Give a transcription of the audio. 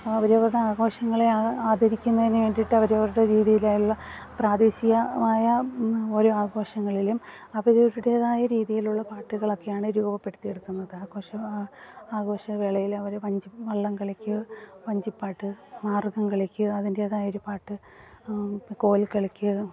അവരവരുടെ ആഘോഷങ്ങളെ ആദരിക്കുന്നതിന് വേണ്ടിയിട്ട് അവരവരുടെ രീതിയിലുള്ള പ്രാദേശികമായ ഓരോ ആഘോഷങ്ങളിലും അവരവരുടേതായ രീതിയിലുള്ള പാട്ടുകളൊക്കെയാണ് രൂപപ്പെടുത്തി എടുക്കുന്നത് ആഘോഷ ആഘോഷ വേളയിൽ അവർ വഞ്ചി വള്ളം കളിക്ക് വഞ്ചിപ്പാട്ട് മാർഗം കളിക്ക് അതിൻ്റേതായ ഒരു പാട്ട് കോൽ കളിക്ക്